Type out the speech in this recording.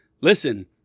Listen